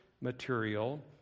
Material